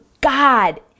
God